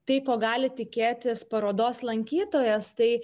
tai ko gali tikėtis parodos lankytojas tai